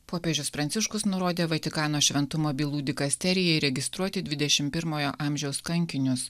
popiežius pranciškus nurodė vatikano šventumo bylų dikasterijai registruoti dvidešim pirmojo amžiaus kankinius